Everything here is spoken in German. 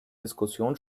diskussion